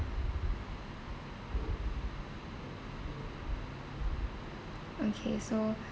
okay so